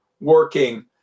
working